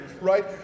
right